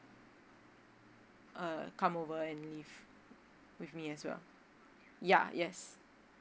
uh come over and live with me as well ya yes